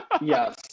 yes